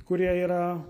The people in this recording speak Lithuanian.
kurie yra